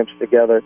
together